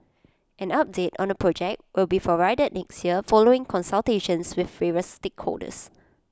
an update on the project will be provided next year following consultations with favours stakeholders